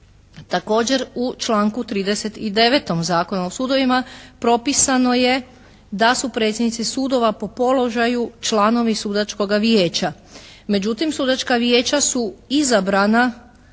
Također u članku 39. Zakona o sudovima propisano je da su predsjednici sudova po položaju članovi Sudačkoga vijeća, međutim sudačka vijeća su izabrana